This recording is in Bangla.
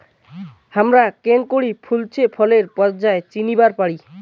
হামরা কেঙকরি ফছলে ফুলের পর্যায় চিনিবার পারি?